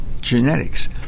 genetics